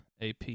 AP